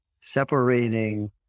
separating